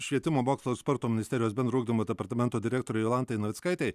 švietimo mokslo ir sporto ministerijos bendro ugdymo departamento direktorei jolantai navickaitei